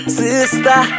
sister